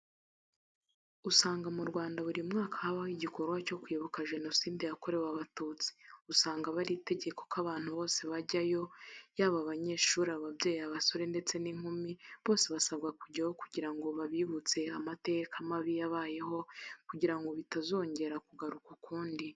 Usanga mu Rwanda buri mwaka habaho igikorwa cyo kwibuka Jenoside yakorewe Abatutsi, usanga aba ari itegeko ko abantu bose bajyayo yaba abanyeshuri, ababyeyi, abasore ndetse n'inkumi bose basabwa kujyayo kugira ngo babibutse amateka mabi yabayeho kugira ngo bitazongera kugaruka ukundi.